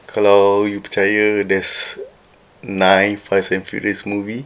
kalau you percaya there's nine fast and furious movie